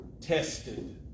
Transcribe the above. tested